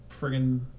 friggin